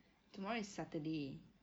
tomorrow is saturday